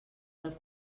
del